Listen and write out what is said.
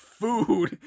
food